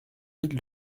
mille